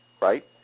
right